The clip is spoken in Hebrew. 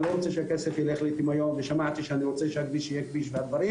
אני לא רוצה שהכסף ילך לטמיון ושמעתי שאני רוצה שכביש יהיה כביש וכו',